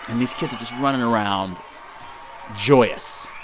these kids just running around joyous.